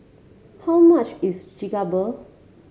how much is Chigenabe